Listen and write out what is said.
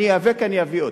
אני איאבק, אני אביא אותו.